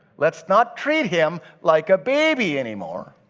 let's not treat him like a baby anymore